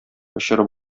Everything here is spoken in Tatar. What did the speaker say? очырып